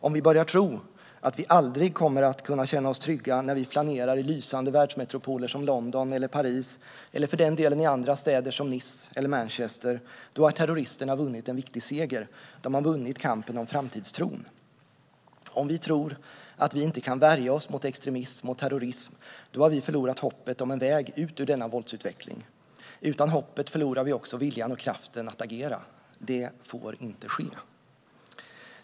Om vi börjar tro att vi aldrig kommer att kunna känna oss trygga när vi flanerar i lysande världsmetropoler som London eller Paris, eller för den delen i andra städer som Nice eller Manchester, har terroristerna vunnit en viktig seger - de har vunnit kampen om framtidstron. Om vi tror att vi inte kan värja oss mot extremism och terrorism har vi förlorat hoppet om en väg ut ur denna våldsutveckling. Utan hoppet förlorar vi också viljan och kraften att agera. Det får inte ske.